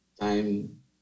time